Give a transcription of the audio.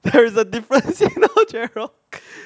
there is a difference you know jarrell